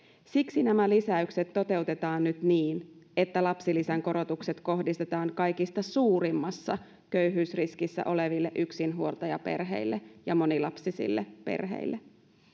siksi nämä lisäykset toteutetaan nyt niin että lapsilisän korotukset kohdistetaan kaikista suurimmassa köyhyysriskissä oleville yksinhuoltajaperheille ja monilapsisille perheille